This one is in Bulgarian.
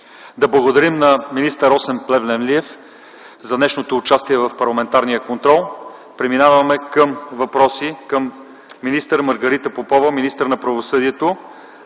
Да благодарим на министър Росен Плевнелиев за днешното му участие в парламентарния контрол. Преминаваме към въпроси към Маргарита Попова – министър на правосъдието.